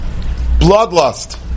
bloodlust